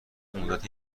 مدتی